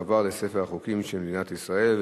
תועבר לספר החוקים של מדינת ישראל.